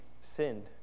sinned